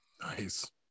Nice